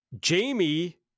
Jamie